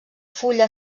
fulla